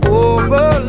over